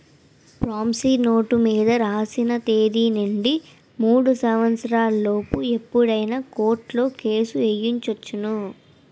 promissory note మీద రాసిన తేదీ నుండి మూడు సంవత్సరాల లోపు ఎప్పుడైనా కోర్టులో కేసు ఎయ్యొచ్చును